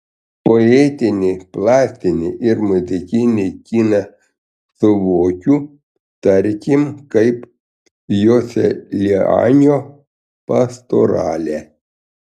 poetinį plastinį ir muzikinį kiną suvokiu tarkim kaip joselianio pastoralę